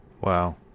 Wow